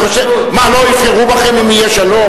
מה, לא יבחרו בכם אם יהיה שלום?